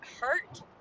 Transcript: hurt